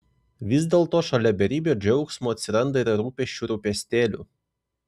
vis dėlto šalia beribio džiaugsmo atsiranda ir rūpesčių rūpestėlių